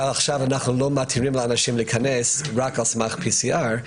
אבל עכשיו אנחנו לא מתירים לאנשים להיכנס רק על סמך PCR,